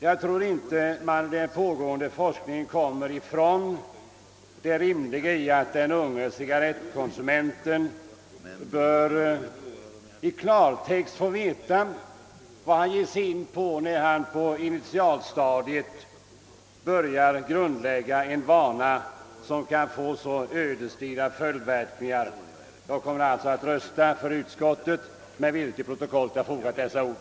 Jag tror inte att man med den pågående forskningen kommer ifrån det rimliga i att den unge cigarrettkonsumenten i klartext bör få veta vad han ger sig in på när han på initialstadiet börjar grundlägga en vana som kan få så ödesdigra verkningar. Jag kommer alltså att rösta för bifall till utskottets hemställan, men vill till protokollet ha fogat dessa ord.